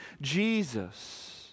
Jesus